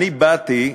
אני באתי,